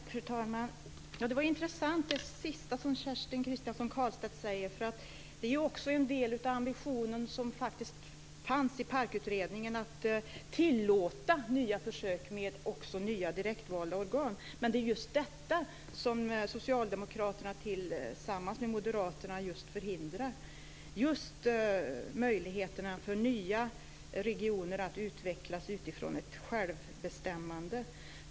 Fru talman! Det var ju intressant, det sista som Kerstin Kristiansson Karlstedt säger. Det är ju också en del av den ambition som faktiskt fanns i PARK utredningen, dvs. att tillåta nya försök med också nya direktvalda organ. Men det är just detta som socialdemokraterna tillsammans med moderaterna förhindrar: möjligheterna för nya regioner att utvecklas utifrån ett självbestämmande.